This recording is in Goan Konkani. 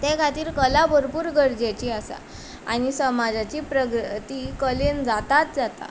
ते खातीर कला भरपूर गरजेची आसा आनी समजाची प्रगती कलेन जाताच जाता